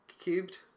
cubed